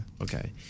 Okay